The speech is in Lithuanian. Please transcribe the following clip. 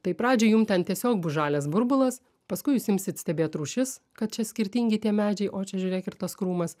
tai pradžioj jum ten tiesiog bus žalias burbulas paskui jūs imsit stebėt rūšis kad čia skirtingi tie medžiai o čia žiūrėk ir tas krūmas